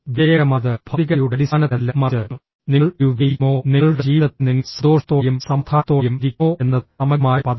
വിജയകരമായത് ഭൌതികതയുടെ അടിസ്ഥാനത്തിലല്ല മറിച്ച് നിങ്ങൾ ഒരു വിജയിക്കുമോ നിങ്ങളുടെ ജീവിതത്തിൽ നിങ്ങൾ സന്തോഷത്തോടെയും സമാധാനത്തോടെയും ഇരിക്കുമോ എന്നത് സമഗ്രമായ പദമാണ്